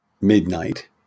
midnight